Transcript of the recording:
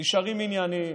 נשארים ענייניים,